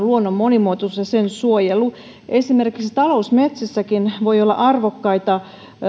luonnon monimuotoisuus ja sen suojelu esimerkiksi talousmetsissäkin voi olla arvokkaita